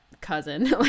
cousin